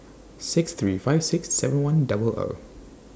six three five six seven one double O